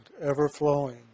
ever-flowing